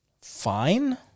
fine